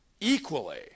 equally